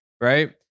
right